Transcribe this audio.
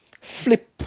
Flip